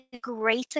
greater